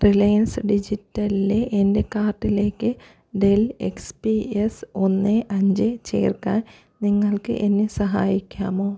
Reliance ഡിജിറ്റൽലെ എൻ്റെ കാർട്ടിലേക്ക് ഡെൽ എക്സ് പി എസ് ഒന്ന് അഞ്ച് ചേർക്കാൻ നിങ്ങൾക്ക് എന്നെ സഹായിക്കാമോ